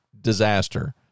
disaster